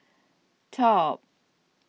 top